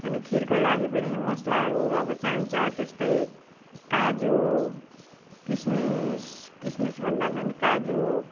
अनि खीरको लागि पनि मसलाहरू चाहिन्छ त्यस्तै काजु किस्मिस किस्मिस भन्दा पनि काजु